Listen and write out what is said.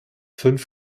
fünf